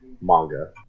manga